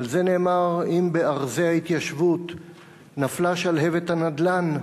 ועל זה נאמר: אם בארזי ההתיישבות נפלה שלהבת הנדל"ן,